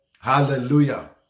Hallelujah